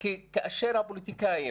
כי כאשר הפוליטיקאים